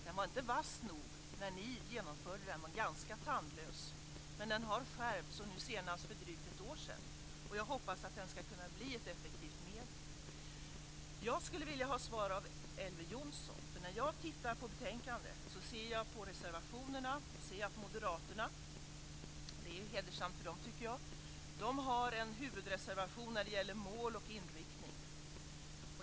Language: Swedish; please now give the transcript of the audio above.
Den var inte vass nog när ni genomförde den. Den var ganska tandlös, men den har skärpts och senast för drygt ett år sedan. Och jag hoppas att den ska kunna bli ett effektivt medel. Jag skulle vilja ha svar på en fråga av Elver Jonsson. När jag läser betänkandet och reservationerna ser jag att Moderaterna, vilket är hedersamt för dem, tycker jag, har en huvudreservation om mål och inriktning.